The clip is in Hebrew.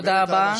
תודה רבה.